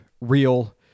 Real